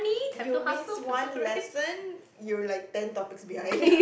you miss one lesson you like ten topics behind